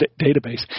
database